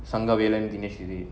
சங்கவேலன் தினேஷ்:sangavelan dinesh